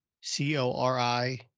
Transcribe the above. C-O-R-I